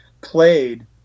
played